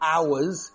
Hours